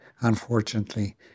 Unfortunately